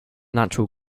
natural